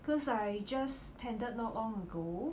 cause I just tendered not long ago